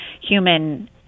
human